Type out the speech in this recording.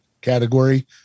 category